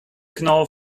knal